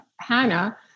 Hannah